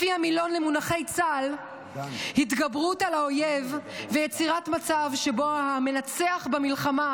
לפי המילון למונחי צה"ל התגברות על האויב ויצירת מצב שבו המנצח במלחמה,